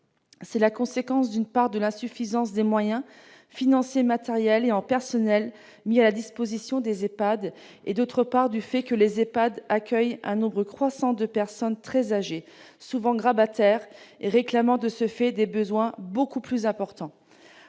C'est la conséquence, d'une part, de l'insuffisance des moyens financiers, matériels et en personnel mis à la disposition des EHPAD et, d'autre part, du fait que ces établissements accueillent un nombre croissant de personnes très âgées, souvent grabataires et réclamant de ce fait des soins beaucoup plus importants.